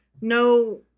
No